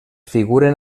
figuren